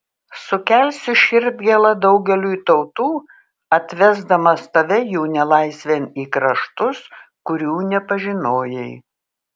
sukelsiu širdgėlą daugeliui tautų atvesdamas tave jų nelaisvėn į kraštus kurių nepažinojai